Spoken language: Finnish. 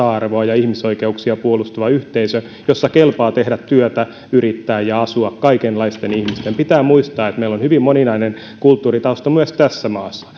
arvoa ja ihmisoikeuksia puolustava yhteisö jossa kelpaa tehdä työtä yrittää ja asua kaikenlaisten ihmisten pitää muistaa että meillä on hyvin moninainen kulttuuritausta myös tässä maassa